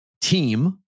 team